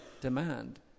demand